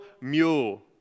mule